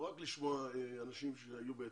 לא רק לשמוע אנשים שעלו מאתיופיה.